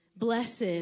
Blessed